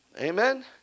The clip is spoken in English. Amen